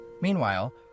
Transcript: Meanwhile